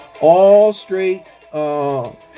all-straight